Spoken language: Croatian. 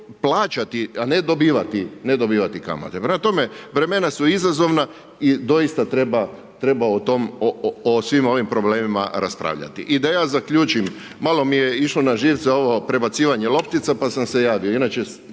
dobivati, ne dobivati kamate. Prema tome, vremena su izazovna i doista treba o tom, o svim ovim problemima raspravljati. I da ja zaključim, malo mi je išlo na živce ovo prebacivanje loptica pa sam se javio,